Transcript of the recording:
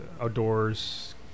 outdoors